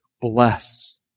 bless